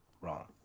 Wrong